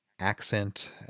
accent